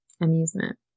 amusement